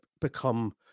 become